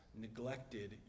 neglected